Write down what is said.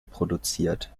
produziert